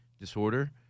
disorder